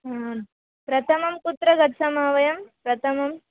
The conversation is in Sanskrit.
हा प्रथमं कुत्र गच्छामः वयं प्रथमम्